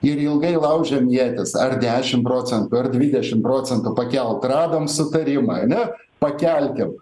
ir ilgai laužėm ietis ar dešim procentų ar dvidešim procentų pakelt radom sutarimą a ne pakelkim